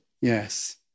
Yes